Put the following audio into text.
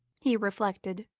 he reflected,